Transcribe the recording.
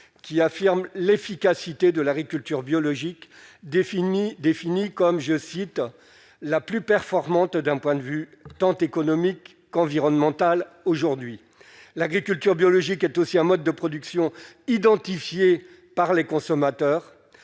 qui affirme l'efficacité de l'agriculture biologique définie définie comme je cite la plus performante d'un point de vue tant économique qu'environnemental, aujourd'hui, l'agriculture biologique est aussi un mode de production, identifié par les consommateurs,